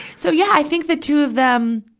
so, yeah. i think the two of them,